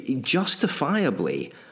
justifiably